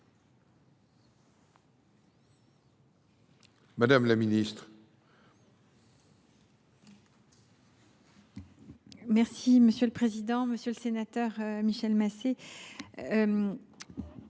Mme la ministre.